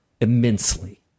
immensely